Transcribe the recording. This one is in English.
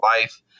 life